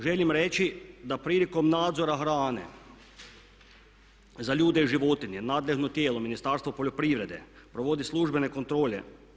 Želim reći da prilikom nadzora hrane za ljude, životinje nadležno tijelo Ministarstvo poljoprivrede provodi službene kontrole.